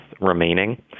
remaining